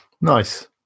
Nice